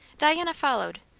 diana followed,